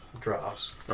drops